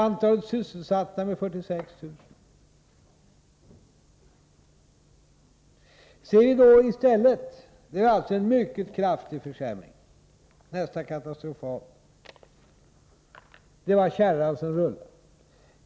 Antalet sysselsatta minskade med 46 000. Det var alltså en mycket kraftig försämring, nästan katastrofal. Det var kärran som rullade.